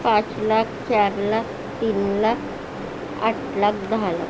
पाच लाख चार लाख तीन लाख आठ लाख दहा लाख